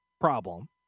problem